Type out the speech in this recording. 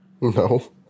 No